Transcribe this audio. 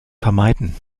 vermeiden